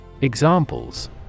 Examples